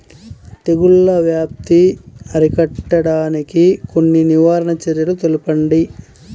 తెగుళ్ల వ్యాప్తి అరికట్టడానికి కొన్ని నివారణ చర్యలు తెలుపండి?